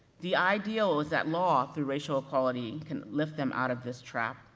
the ideal is that law, through racial equality can lift them out of this trap.